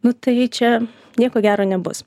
nu tai čia nieko gero nebus